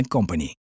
Company